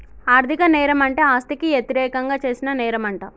ఆర్ధిక నేరం అంటే ఆస్తికి యతిరేకంగా చేసిన నేరంమంట